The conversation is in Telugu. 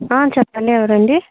చెప్పండి ఎవరండి